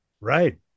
Right